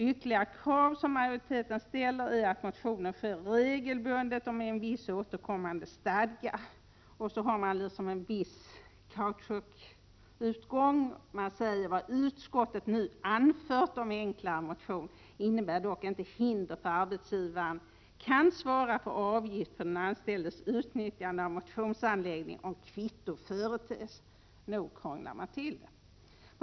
Ytterligare krav som majoriteten ställer är att motionen sker regelbundet och med en viss återkommande stadga. Majoriteten ser till att få en kautschukutgång genom att säga: Vad utskottet nu anfört — om enklare motion — innebär dock inte hinder för att arbetsgivaren kan svara för avgift för anställdas utnyttjande av motionsanläggning om kvitto företes. Nog krånglar man till det!